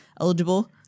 eligible